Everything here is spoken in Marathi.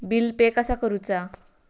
बिल पे कसा करुचा?